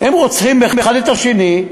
הם רוצחים האחד את השני,